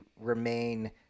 remain